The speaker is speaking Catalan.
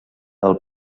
del